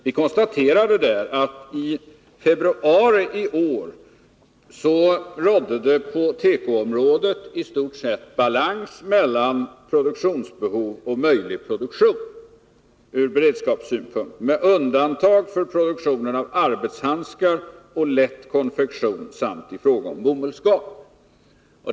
Vi konstaterade då att det i februari i år på tekoområdet rådde i stort sett balans mellan produktionsbehov och möjlig produktion ur beredskapssynpunkt, med undantag för produktion av arbetshandskar, lätt konfektion och bomullsgarn.